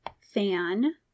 fan